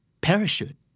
Parachute